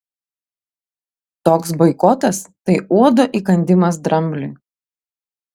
toks boikotas tai uodo įkandimas drambliui